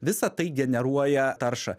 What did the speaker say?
visa tai generuoja taršą